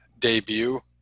debut